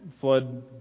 flood